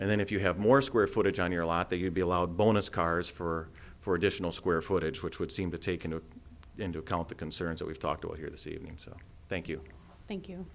and then if you have more square footage on your lot that you'd be allowed bonus cars for for additional square footage which would seem to taken into account the concerns that we've talked about here this evening so thank you thank you